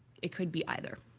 it could be either.